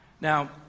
Now